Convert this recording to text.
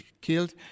killed